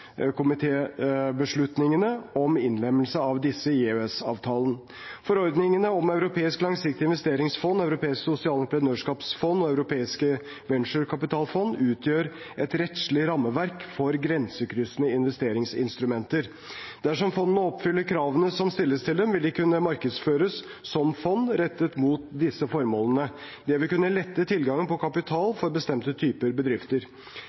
om innlemmelse av disse i EØS-avtalen. Forordningene om europeisk langsiktig investeringsfond, europeiske sosiale entreprenørskapsfond og europeiske venturekapitalfond utgjør et rettslig rammeverk for grensekryssende investeringsinstrumenter. Dersom fondene oppfyller kravene som stilles til dem, vil de kunne markedsføres som fond, rettet mot disse formålene. Det vil kunne lette tilgangen på kapital for bestemte typer bedrifter.